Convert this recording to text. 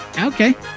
Okay